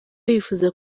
yifuza